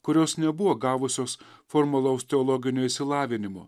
kurios nebuvo gavusios formalaus teologinio išsilavinimo